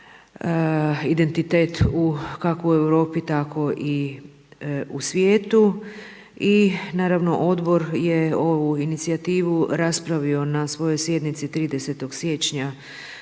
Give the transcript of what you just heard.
identitet kako u Europi tako i u svijetu. I naravno Odbor je ovu inicijativu raspravio na svojoj sjednici 30. siječnja